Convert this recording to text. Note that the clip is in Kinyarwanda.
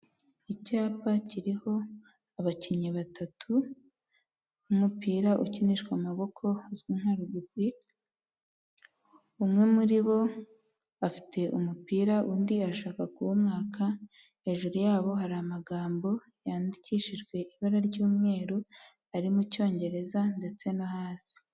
Icyapa kiriho abakinnyi batatu b'umupira ukinishwa amaboko uzwi nka rugubi, umwe muri bo afite umupira, undi ashaka kuwumwaka, hejuru yabo hari amagambo yandikishijwe ibara ry'umweru, ari mu cyongereza ndetse no hasi.